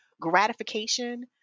gratification